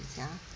等一下啊